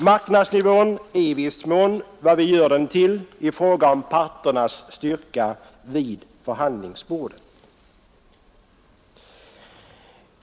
Marknadsnivån är i viss mån beroende av parternas styrka vid förhandlingsbordet.